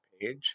page